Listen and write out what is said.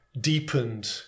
deepened